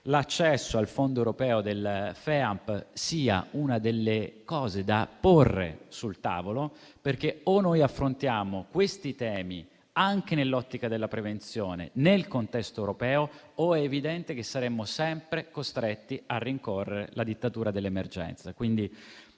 l'accesso al Fondo europeo FEAMP sia una delle cose da porre sul tavolo. O noi affrontiamo questi temi anche nell'ottica della prevenzione nel contesto europeo o è evidente che saremo sempre costretti a rincorrere la dittatura dell'emergenza.